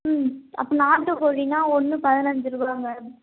ம் அப்போ நாட்டு கோழின்னா ஒன்று பதினைஞ்சி ருபாங்க